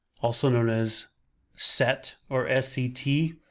also known as set or s e t,